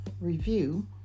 review